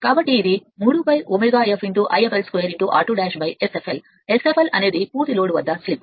కాబట్టి ఇది 3 ω S I fl 2 r2 S Sfl Sfl అనేది పూర్తి లోడ్ వద్ద స్లిప్